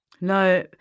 No